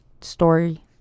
story